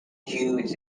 jews